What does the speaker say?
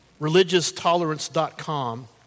Religioustolerance.com